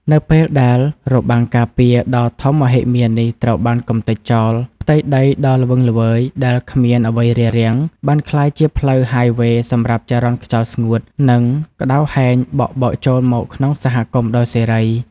នៅពេលដែលរបាំងការពារដ៏ធំមហិមានេះត្រូវបានកម្ទេចចោល ផ្ទៃដីដ៏ល្វឹងល្វើយដែលគ្មានអ្វីរារាំង បានក្លាយជាផ្លូវហាយវ៉េសម្រាប់ចរន្តខ្យល់ស្ងួត និងក្ដៅហែងបក់បោកចូលមកក្នុងសហគមន៍ដោយសេរី។